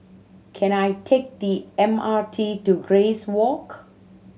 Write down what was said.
can I take the M R T to Grace Walk